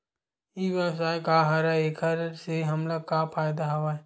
ई व्यवसाय का हरय एखर से हमला का फ़ायदा हवय?